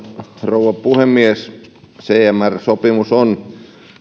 rouva puhemies cmr sopimus on